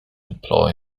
employ